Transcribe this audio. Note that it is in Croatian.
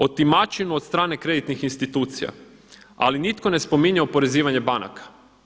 Otimačinu od strane kreditnih institucija ali nitko ne spominje oporezivanje banaka.